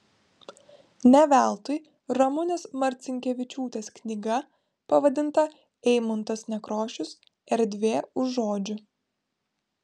ne veltui ramunės marcinkevičiūtės knyga pavadinta eimuntas nekrošius erdvė už žodžių